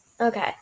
Okay